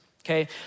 Okay